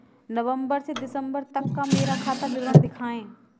नवंबर से दिसंबर तक का मेरा खाता विवरण दिखाएं?